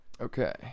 Okay